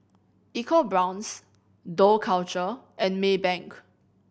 EcoBrown's Dough Culture and Maybank